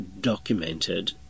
documented